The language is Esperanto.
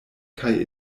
kaj